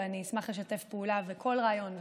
ואני אשמח לשתף פעולה וכל רעיון,